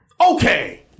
Okay